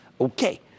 Okay